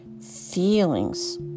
feelings